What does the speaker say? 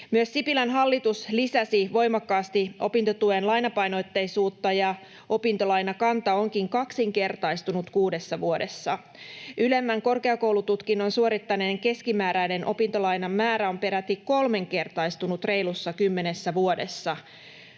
Myös Sipilän hallitus lisäsi voimakkaasti opintotuen lainapainotteisuutta, ja opintolainakanta onkin kaksinkertaistunut kuudessa vuodessa. Ylemmän korkeakoulututkinnon suorittaneen keskimääräinen opintolainan määrä on peräti kolminkertaistunut reilussa kymmenessä vuodessa.